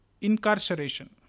Incarceration